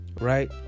Right